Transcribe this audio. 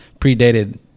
predated